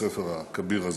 בספר הכביר הזה,